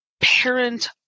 parent